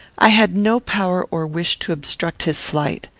i had no power or wish to obstruct his flight.